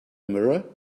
mirror